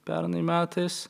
pernai metais